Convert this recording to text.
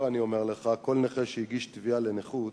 אני אומר לך שבעבר כל נכה שהגיש תביעה לנכות,